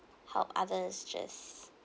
how others just